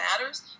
matters